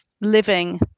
living